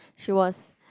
she was